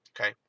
Okay